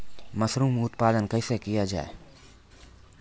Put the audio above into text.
Mushroom उत्पादन कैसे किया जाय?